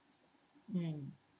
mm